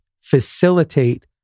facilitate